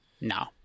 no